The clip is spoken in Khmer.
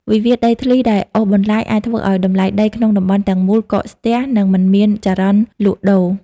វិវាទដីធ្លីដែលអូសបន្លាយ អាចធ្វើឱ្យតម្លៃដីក្នុងតំបន់ទាំងមូលកកស្ទះ និងមិនមានចរន្តលក់ដូរ។